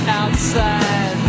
outside